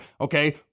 Okay